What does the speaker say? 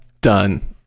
Done